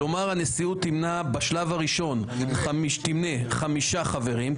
כלומר הנשיאות תמנה בשלב הראשון חמישה חברים,